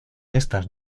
estas